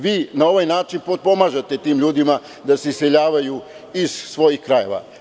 Vi na ovaj način potpomažete tim ljudima da se iseljavaju iz svojih krajeva.